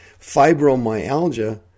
Fibromyalgia